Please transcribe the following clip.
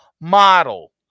model